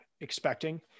expecting